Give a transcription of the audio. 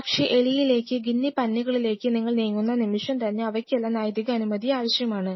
പക്ഷേ എലിയിലേക്ക് ഗിന്നി പന്നികളിലേക്ക് നിങ്ങൾ നീങ്ങുന്ന നിമിഷം തന്നെ അവയ്ക്കെല്ലാം നൈതിക അനുമതി ആവശ്യമാണ്